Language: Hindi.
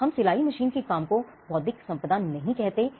हम सिलाई मशीन के काम को बौद्धिक संपदा नहीं कहते हैं